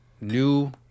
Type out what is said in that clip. new